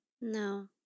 No